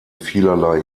vielerlei